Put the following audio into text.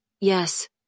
Yes